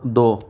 दो